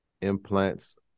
implants